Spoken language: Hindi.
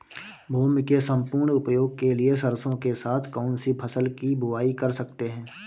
भूमि के सम्पूर्ण उपयोग के लिए सरसो के साथ कौन सी फसल की बुआई कर सकते हैं?